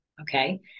okay